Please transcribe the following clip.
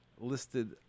listed